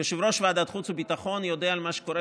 יושב-ראש ועדת החוץ והביטחון יודע על מה שקורה